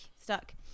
stuck